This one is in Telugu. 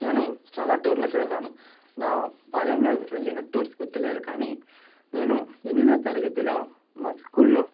నేను చాలా టూర్లకు వెళ్లాను నా బాల్యంలో వెళ్లిన టూర్స్ గుర్తులేదు కానీ నేను ఎనిమిదో తరగతిలో మా స్కూల్లో